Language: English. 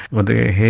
a